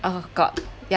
oh god yeah